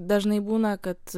dažnai būna kad